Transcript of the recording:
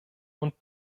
und